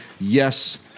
Yes